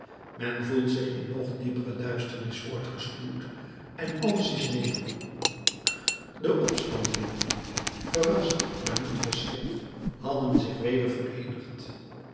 men voelt zich in nog diepere duisternis voortgestuwd en alles is nevel de opstandelingen verrast maar niet verschrikt hadden zich weder